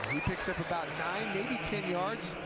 he picks up about nine, maybe ten yards